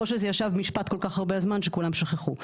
או שזה ישב במשפט כל כך הרבה זמן שכולם שכחו.